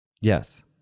Yes